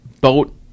boat